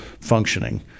functioning